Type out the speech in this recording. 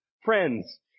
friends